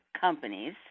companies